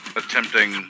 attempting